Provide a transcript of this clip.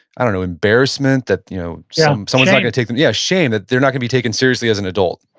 i don't know, embarrassment, that you know yeah um someone's not gonna take them, shame yeah shame, that they're not gonna be taken seriously as an adult?